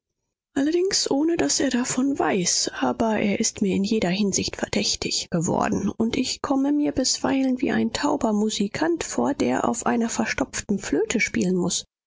allerdings ohne daß er davon weiß aber er ist mir in jeder hinsicht verdächtig geworden und ich komme mir bisweilen wie ein tauber musikant vor der auf einer verstopften flöte spielen muß